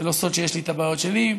זה לא סוד שיש לי בעיות משלי.